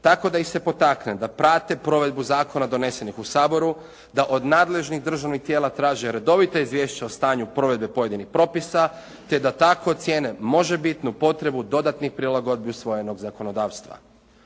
tako da ih se potakne da prate provedbu zakona donesenih u Saboru, da od nadležnih državnih tijela traže redovita izvješća o stanju provedbe pojedinih propisa te da tako ocijene možebitnu potrebu dodatnih prilagodbi usvojenog zakonodavstva.